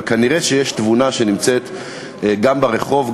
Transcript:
אבל כנראה תבונה נמצאת גם ברחוב,